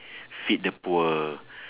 feed the poor